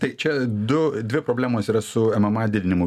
tai čia du dvi problemos yra su mma didinimu